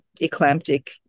eclamptic